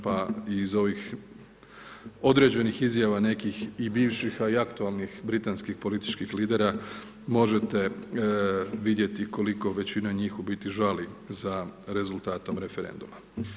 Pa i iz ovih određenih izjava nekih i bivših, a i aktualnih britanskih političkih lidera možete vidjeti koliko većina njih u biti žali za rezultatom referenduma.